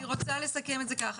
אני רוצה לסכם את זה כך.